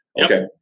Okay